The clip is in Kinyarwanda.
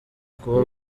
kuba